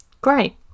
Great